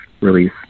release